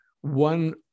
one